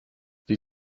sie